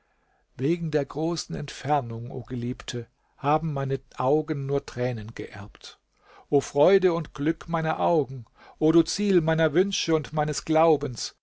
wegen der großen entfernung o geliebte haben meine augen nur tränen geerbt o freude und glück meiner augen o du ziel meiner wünsche und meines glaubens